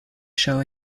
show